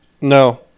No